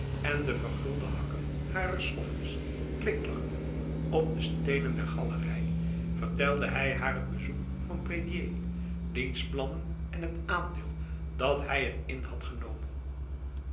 en de vergulde hakken harer slofjes klikklakten op de stenen der galerij vertelde hij haar t bezoek van prédier diens plannen en het aandeel dat hij erin had genomen